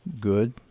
good